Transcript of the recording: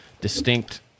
distinct